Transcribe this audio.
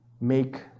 make